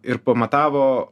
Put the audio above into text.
ir pamatavo